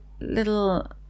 little